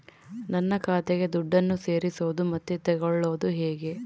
ನನ್ನ ಖಾತೆಗೆ ದುಡ್ಡನ್ನು ಸೇರಿಸೋದು ಮತ್ತೆ ತಗೊಳ್ಳೋದು ಹೇಗೆ?